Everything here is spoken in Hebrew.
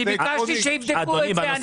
אני ביקשתי שיבדקו את זה.